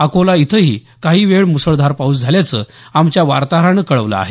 अकोला इथंही काही वेळ मुसळधार पाऊस झाल्याचं आमच्या वार्ताहरानं कळवलं आहे